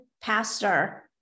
pastor